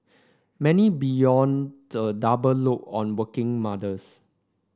many bemoan the double load on working mothers